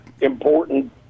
important